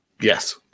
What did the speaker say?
Yes